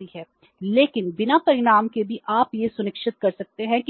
भी है